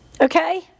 Okay